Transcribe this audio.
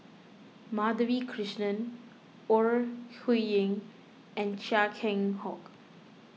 Madhavi Krishnan Ore Huiying and Chia Keng Hock